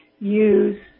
Use